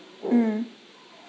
um